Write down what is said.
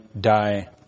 die